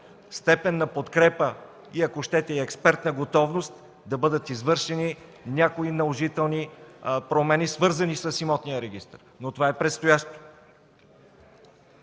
степен на подкрепа, ако щете и експертна готовност да бъдат извършени някои наложителни промени, свързани с имотния регистър. Но това е предстоящо.